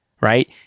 Right